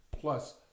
plus